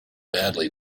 badly